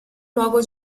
luogo